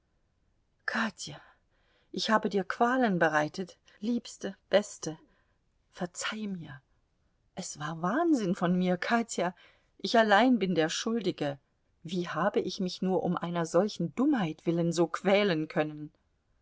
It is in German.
katja ich habe dir qualen bereitet liebste beste verzeih mir es war wahnsinn von mir katja ich allein bin der schuldige wie habe ich mich nur um einer solchen dummheit willen so quälen können